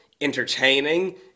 entertaining